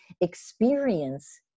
experience